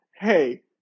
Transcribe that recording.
Hey